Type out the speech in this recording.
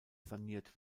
saniert